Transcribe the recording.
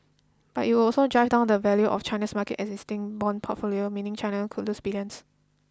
but it would also drive down the value of China's market existing bond portfolio meaning China could lose billions